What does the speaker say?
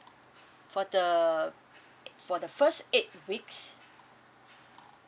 for the for the first eight weeks